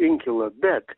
inkilą bet